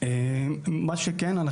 מה שכן,